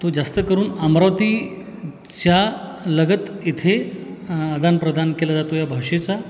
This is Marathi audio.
तो जास्त करून अमरावतीच्या लगत इथे आदानप्रदान केला जातो या भाषेचा